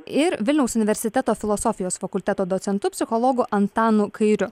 ir vilniaus universiteto filosofijos fakulteto docentu psichologu antanu kairiu